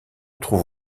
trouve